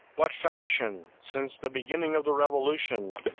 what faction, since the beginning of the revolution,